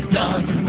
done